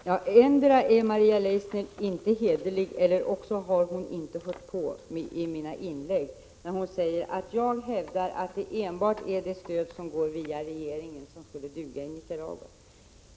Herr talman! Endera är Maria Leissner inte hederlig eller också har hon inte hört på mina inlägg, när hon säger att jag hävdar att enbart det stöd som går via regeringen skulle duga i Nicaragua.